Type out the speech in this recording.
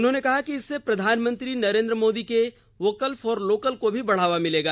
उन्होंने कहा कि इससे प्रधानमंत्री नरेंद्र मोदी के वोकल फॉर लोकल को भी बढ़ावा मिलेगा